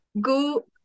go